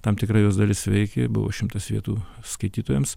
tam tikra jos dalis veikė buvo šimtas vietų skaitytojams